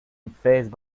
unfazed